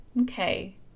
Okay